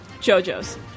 JoJo's